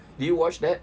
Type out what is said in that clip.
did you watch that